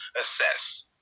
assess